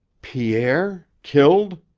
pierre? killed?